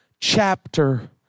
Chapter